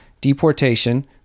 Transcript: Deportation